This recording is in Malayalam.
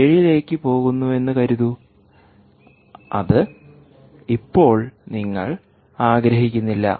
7 ലേയ്ക്ക് പോകുന്നുവെന്ന് കരുതൂ അത് ഇപ്പോൾ നിങ്ങൾ ആഗ്രഹിക്കുന്നില്ല